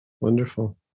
Wonderful